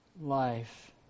life